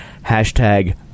Hashtag